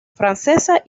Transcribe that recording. francesa